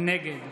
נגד